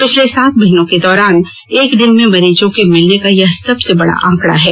पिछले सात महीने के बाद एक दिन में मरीजों के मिलने का यह सबसे बड़ा आंकड़ा है